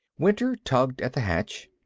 winter tugged at the hatch.